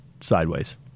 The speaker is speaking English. sideways